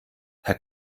herr